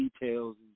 details